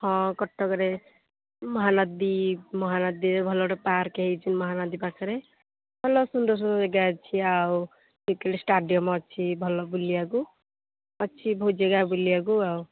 ହଁ କଟକରେ ମହାନଦୀ ମହାନଦୀରେ ଭଲ ଗୋଟେ ପାର୍କ ହେଇଛି ମହାନଦୀ ପାଖରେ ଭଲ ସୁନ୍ଦର ସୁନ୍ଦର ଯାଗା ଅଛି ଆଉ ଷ୍ଟାଡ଼ିୟମ୍ ଅଛି ଭଲ ବୁଲିବାକୁ ଅଛି ବହୁତ ଯାଗା ବୁଲିବାକୁ ଆଉ